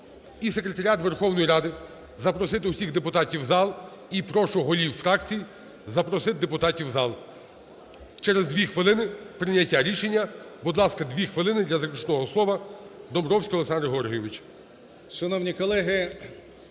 і Секретаріат Верховної Ради запросити всіх депутатів в зал, і прошу голів фракцій запросити депутатів в зал. Через дві хвилини прийняття рішення. Будь ласка, дві хвилини для заключного слова - Домбровський Олександр Георгійович.